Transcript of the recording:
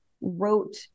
wrote